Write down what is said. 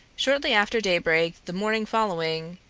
shortly after daybreak the morning following.